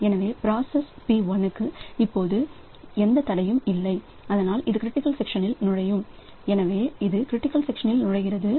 எனவே process P 1 க்கு இப்போது எந்த தடையும் இல்லை அதனால் இது கிரிட்டிக்கல் செக்சனில் நுழையும் எனவே இது க்ரிட்டிக்கல் செக்ஷனில் நுழைகிறது